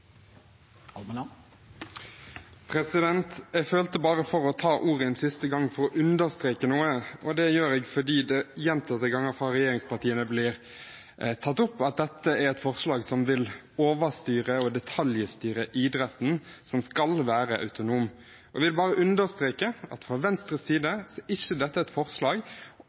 Jeg følte bare for å ta ordet en siste gang for å understreke noe. Det gjør jeg fordi det gjentatte ganger fra regjeringspartiene blir tatt opp at dette er et forslag som vil overstyre og detaljstyre idretten, som skal være autonom. Jeg vil bare understreke at fra Venstres side er ikke dette et forslag